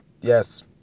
Yes